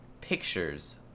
pictures